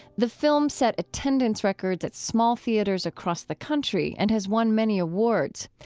the film set attendance records at small theaters across the country and has won many awards.